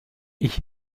ich